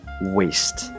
Waste